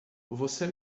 você